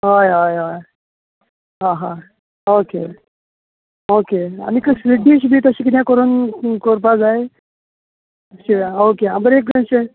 हय हय हय हां हय ओके ओके आनीक स्वीट डीश बी तशें किदें कोरूंक कोरपा जाय अशें ओके हांव एक बरें मात्शें